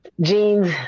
jeans